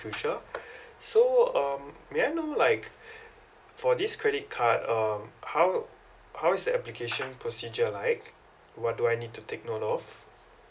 future so um may I know like for this credit card um how how is the application procedure like what do I need to take note of